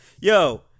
Yo